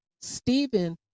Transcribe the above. Stephen